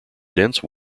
dense